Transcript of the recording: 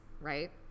right